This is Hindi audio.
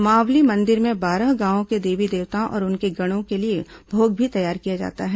मावली मंदिर में बारह गांवों के देवी देवताओं और उनके गणों के लिए भोग भी तैयार किया जाता है